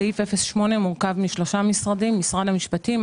סעיף 08 מורכב משלושה משרדים משרד המשפטים,